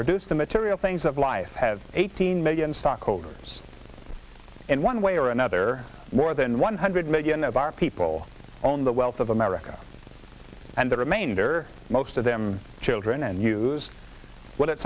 produce the material things of life have eighteen million stockholders in one way or another more than one hundred million of our people own the wealth of america and the remainder most of them children and use